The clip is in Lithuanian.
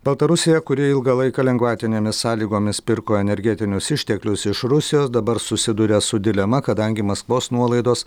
baltarusija kuri ilgą laiką lengvatinėmis sąlygomis pirko energetinius išteklius iš rusijos dabar susiduria su dilema kadangi maskvos nuolaidos